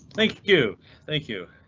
thank you thank you.